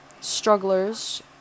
strugglers